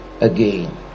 again